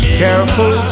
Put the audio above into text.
careful